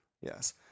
Yes